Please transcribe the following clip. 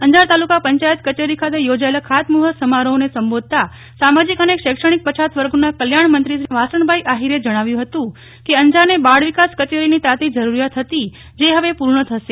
અંજાર તાલુકા પંચાયત કચેરી ખાતે યોજાયેલા ખાતમુહુર્ત સમારોહને સંબોધતાં સામાજીક અને શૈક્ષણિક પછાતવર્ગોના કલ્યાણ મંત્રીશ્રી વાસણભાઈ આહિરે વધુમાં જણાવ્યું હતું કે અંજારને બાળ વિકાસ કચેરીની તાતી જરૂરિયાત હતી જે હવે પૂર્ણ થશે